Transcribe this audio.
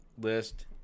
list